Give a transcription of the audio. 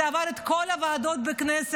זה עבר את כל הוועדות בכנסת,